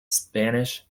spanish